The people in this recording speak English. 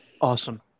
Awesome